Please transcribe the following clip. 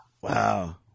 Wow